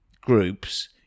Group's